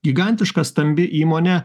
gigantiška stambi įmonė